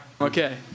okay